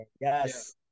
Yes